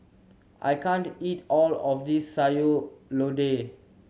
I can't eat all of this Sayur Lodeh